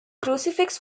crucifix